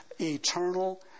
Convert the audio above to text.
eternal